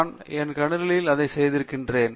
நான் என் கணினியில் அதை செய்திருக்கிறேன்